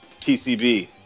TCB